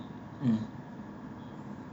mm